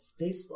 Facebook